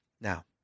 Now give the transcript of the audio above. Now